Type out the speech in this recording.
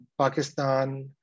Pakistan